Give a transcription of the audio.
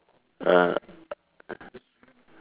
ah